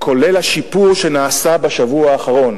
כולל השיפור שנעשה בשבוע האחרון,